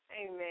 Amen